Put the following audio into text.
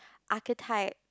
archetype